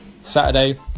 Saturday